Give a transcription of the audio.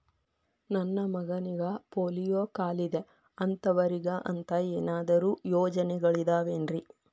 ನನ್ನ ಮಗನಿಗ ಪೋಲಿಯೋ ಕಾಲಿದೆ ಅಂತವರಿಗ ಅಂತ ಏನಾದರೂ ಯೋಜನೆಗಳಿದಾವೇನ್ರಿ?